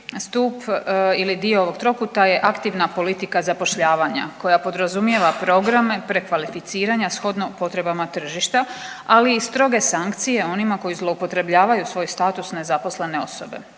stup ili dio ovog trokuta je aktivna politika zapošljavanja koja podrazumijeva programe prekvalificiranja shodno potrebama tržišta, ali i stroge sankcije onima koji zloupotrebljavaju svoj status nezaposlene, osobe